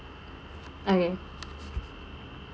okay